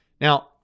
Now